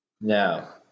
Now